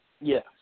Yes